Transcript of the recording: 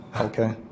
Okay